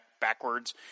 backwards